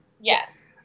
Yes